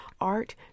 art